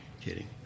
Kidding